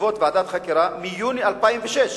בעקבות ועדת חקירה מיוני 2006,